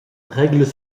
règles